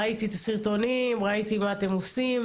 ראיתי את הסרטונים, ראיתי מה אתם עושים.